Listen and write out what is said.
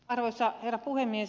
arvoisa herra puhemies